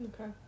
okay